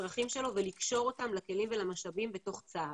הצרכים שלו ולקשור אותם לכלים ולמשאבים בתוך צה"ל.